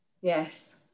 yes